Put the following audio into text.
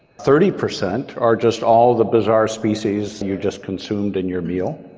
thirty percent are just all the bizarre species you just consumed in your meal,